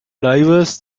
drivers